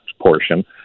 portion